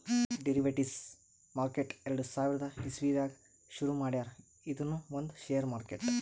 derivatives market ಎರಡ ಸಾವಿರದ್ ಇಸವಿದಾಗ್ ಶುರು ಮಾಡ್ಯಾರ್ ಇದೂನು ಒಂದ್ ಷೇರ್ ಮಾರ್ಕೆಟ್